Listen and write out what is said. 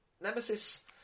nemesis